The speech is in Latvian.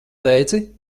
teici